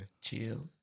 Chill